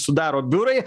sudaro biurai